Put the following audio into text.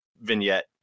vignette